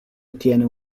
ottiene